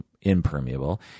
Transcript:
impermeable